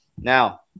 Now